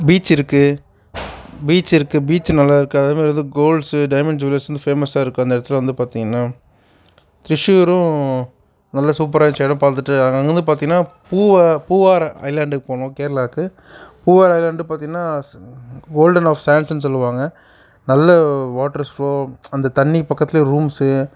பீச்சி இருக்குது பீச்சி இருக்குது பீச்சி நல்லா இருக்குது அதே மாதிரி வந்து கோல்ஸ்சு டைமண்ட் ஜுவல்லர்ஸ்ஸ்னு ஃபேமஸாக இருக்குது அந்த இடத்துல வந்து பார்த்தீங்னா திரிச்சூரும் நல்ல சூப்பராக இருந்துச்சு எல்லாம் பார்த்துட்டு அங்கே இருந்து பார்த்தீங்னா பூவாறு பூவாறு ஐலேண்டுக்கு போனோம் கேரளாவுக்கு பூவாறு ஐலேண்டு பார்த்தீங்னா கோல்டன் ஆஃப் சாண்ட்டுனு சொல்லுவாங்க நல்ல வாட்ரு ஃபுளோ அந்த தண்ணி பக்கத்திலே ரூம்சு